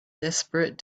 desperate